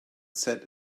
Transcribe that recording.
set